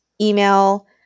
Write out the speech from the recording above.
email